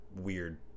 weird